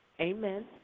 Amen